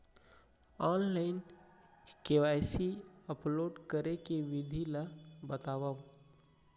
Online KYC upload करे के विधि ला बतावव?